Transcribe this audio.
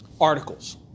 articles